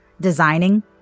designing